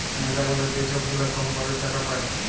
ম্যালাগুলা যে ছব গুলা কম্পালির টাকা পায়